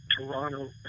Toronto